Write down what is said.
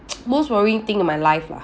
most worrying thing in my life lah